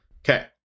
Okay